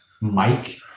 mike